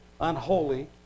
unholy